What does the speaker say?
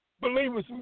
Believers